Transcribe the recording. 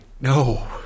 no